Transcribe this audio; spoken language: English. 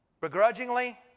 begrudgingly